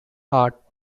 art